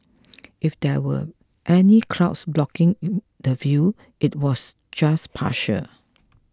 if there were any clouds blocking in the view it was just partial